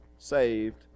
Saved